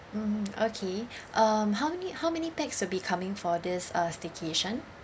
mm okay um how many how many pax will be coming for this uh staycation